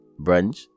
brunch